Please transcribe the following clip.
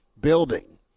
building